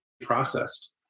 processed